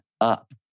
up